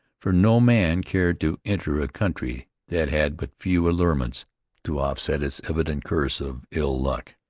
for no man cared to enter a country that had but few allurements to offset its evident curse of ill luck,